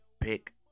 pick